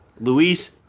Luis